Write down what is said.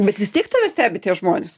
bet vis tiek tave stebi tie žmonės